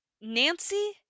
Nancy